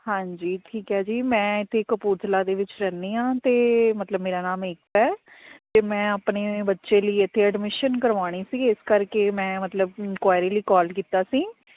ਹਾਂਜੀ ਠੀਕ ਹੈ ਜੀ ਮੈਂ ਇੱਥੇ ਕਪੂਰਥਲਾ ਦੇ ਵਿੱਚ ਰਹਿੰਦੀ ਹਾਂ ਅਤੇ ਮਤਲਬ ਮੇਰਾ ਨਾਮ ਏਕਤਾ ਹੈ ਅਤੇ ਮੈਂ ਆਪਣੇ ਬੱਚੇ ਲਈ ਇੱਥੇ ਅਡਮਿਸ਼ਨ ਕਰਵਾਉਣੀ ਸੀ ਇਸ ਕਰਕੇ ਮੈਂ ਮਤਲਬ ਇਨਕੁਆਰੀ ਲਈ ਕੋਲ ਕੀਤਾ ਸੀ